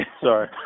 Sorry